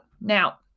Now